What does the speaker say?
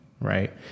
Right